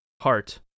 heart